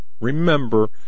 remember